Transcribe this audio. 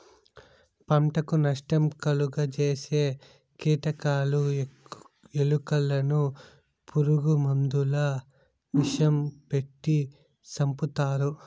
పంటకు నష్టం కలుగ జేసే కీటకాలు, ఎలుకలను పురుగు మందుల విషం పెట్టి సంపుతారు